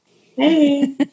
Hey